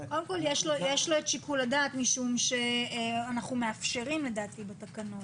יש לו את שיקול הדעת משום שלדעתי אנחנו מאפשרים בתקנות.